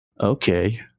okay